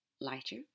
lighter